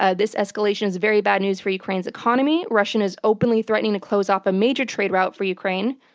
ah this escalation is very bad news for ukraine's economy russia is openly threatening to close off a major trade route for ukraine,